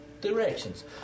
directions